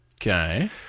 Okay